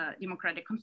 democratic